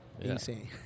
Insane